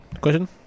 question